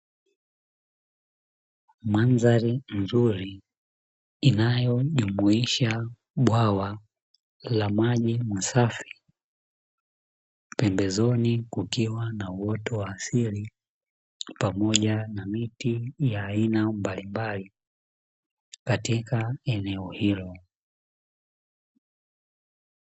Mandhari nzuri inayojumuisha bwawa la maji masafi, pembezoni kukiwa na uoto wa asili pamoja na miti ya aina mbalimbali katika eneo hilo.